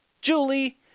Julie